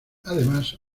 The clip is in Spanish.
además